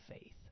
faith